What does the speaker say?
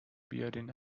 بیارین